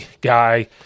guy